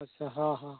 ᱟᱪᱪᱷᱟ ᱦᱮᱸ ᱦᱮᱸ